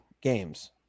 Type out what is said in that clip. games